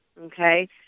okay